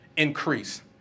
increase